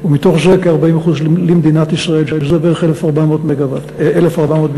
ומתוך זה כ-40% למדינת ישראל, שזה בערך BCM 1,400,